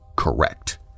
correct